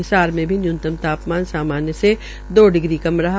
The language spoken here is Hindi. हिसार में भी न्यूनतम तापमान सामान्य से दो डिग्री कम रहा